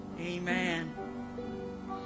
amen